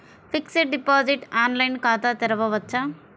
Fixed deposit online ఖాతా తెరువవచ్చా?